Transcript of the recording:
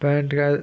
pant का